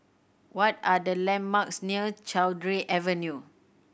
what are the landmarks near Cowdray Avenue